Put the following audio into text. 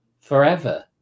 forever